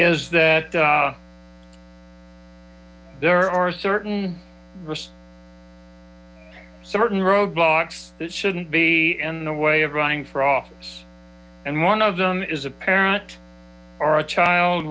is that there are certain certain roadblocks that shouldn't be in the way of running for office and one of them is a parent or a child